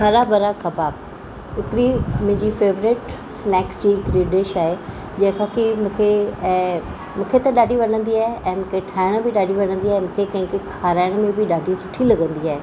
हरा भरा कबाब हिकिड़ी मुंहिंजी फेवरैट स्नैक्स जी हिकिड़ी डिश आहे जेका की मूंखे ऐं मूंखे त ॾाढी वणंदी आहे ऐं मूंखे ठाइण बि ॾाढी वणंदी आहे मूंखे कंहिंखे खाराइण में बि ॾाढी सुठी लॻंदी आहे